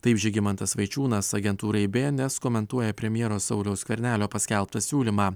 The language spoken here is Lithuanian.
taip žygimantas vaičiūnas agentūrai bė en es komentuoja premjero sauliaus skvernelio paskelbtą siūlymą